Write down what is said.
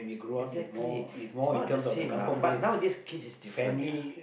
exactly it's not the same lah but nowadays kids is different ya